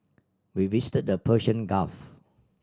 we visited the Persian Gulf